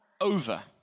over